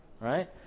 right